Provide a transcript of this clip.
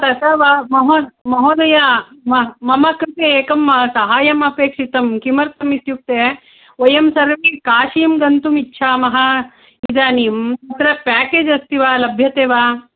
तथा वा महो महोदय म मम कृते एकं साहाय्यम् अपेक्षितं किमर्तमित्युक्ते वयं सर्वे काशीं गन्तुमिच्छामः इदानीं कुत्र पेकेज् अस्ति वा लभ्यते वा